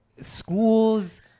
schools